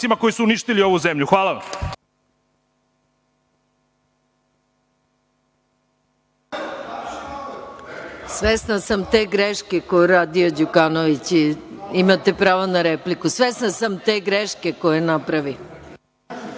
koji su uništili ovu zemlju. Hvala vam.